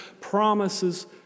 promises